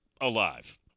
alive